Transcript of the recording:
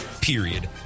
period